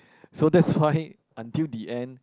so that's why until the end